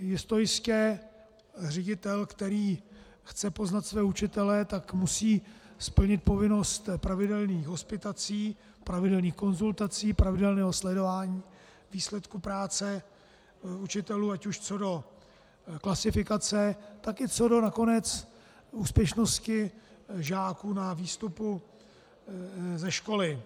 Jistojistě ředitel, který chce poznat své učitele, musí splnit povinnost pravidelných hospitací, pravidelných konzultací, pravidelného sledování výsledků práce učitelů ať už co do klasifikace, tak nakonec co do úspěšnosti žáků na výstupu ze školy.